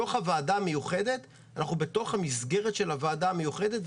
בתוך הוועדה המיוחדת אנחנו בתוך המסגרת של הוועדה המיוחדת,